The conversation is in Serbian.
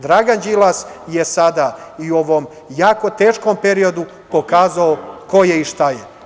Dragan Đilas je sada i u ovom jako teškom periodu pokazao ko je i šta je.